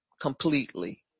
completely